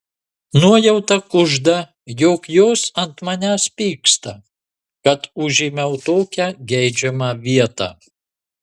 nuojauta kužda jog jos ant manęs pyksta kad užėmiau tokią geidžiamą vietą